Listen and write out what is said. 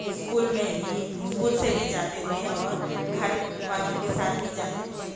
school میں بھی school سے بھی جاتے تھے اور گھر والوں کے ساتھ بھی جاتے تھے